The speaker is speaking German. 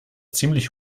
ziemlich